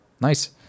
nice